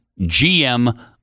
GM